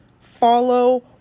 follow